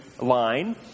line